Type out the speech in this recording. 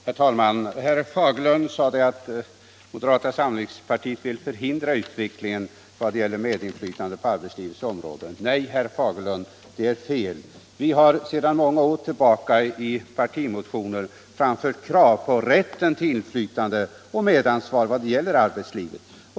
Herr talman! Herr Fagerlund sade att moderata samlingspartiet vill hindra utvecklingen när det gäller medinflytande på arbetslivets område. Nej, herr Fagerlund, det är fel. Vi har under många år i partimotioner framfört krav på rätt till medinflytande och medansvar i arbetslivet.